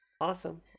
Awesome